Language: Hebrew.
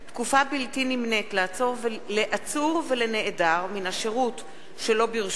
(תקופה בלתי נמנית לעצור ולנעדר מן השירות שלא ברשות),